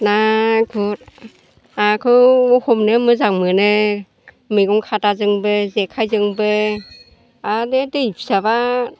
नाखौ हमनो मोजां मोनो मैगं खादाजोंबो जेखाइजोंबो आरो बे दै फिसाब्ला